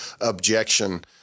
objection